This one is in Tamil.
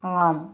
ஆம்